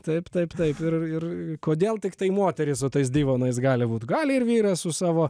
taip taip taip ir ir kodėl tiktai moterys su tais divonais gali būti gali ir vyras su savo